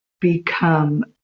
become